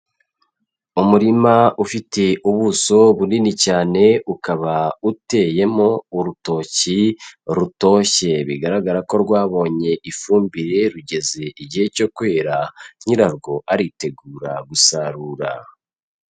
Umurima ufite ubuso bunini cyane ukaba uteyemo urutoki rutoshye, bigaragara ko rwabonye ifumbire rugeze igihe cyo kwera nyirarwo aritegura gusarura.